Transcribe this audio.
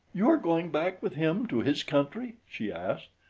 you are going back with him to his country? she asked.